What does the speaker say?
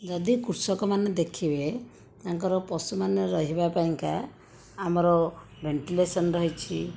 ଯଦି କୃଷକମାନେ ଦେଖିବେ ତାଙ୍କର ପଶୁମାନେ ରହିବା ପାଇଁକା ଆମର ଭେଣ୍ଟିଲେସନ ରହିଛି